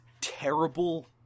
terrible